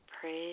Praise